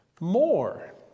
more